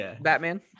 Batman